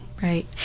Right